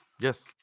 yes